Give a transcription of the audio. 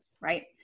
right